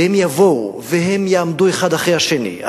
והם יבואו והם יעמדו אחד אחרי השני,